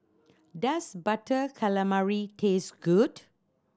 does Butter Calamari taste good